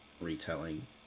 retelling